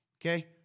Okay